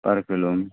पर किलो में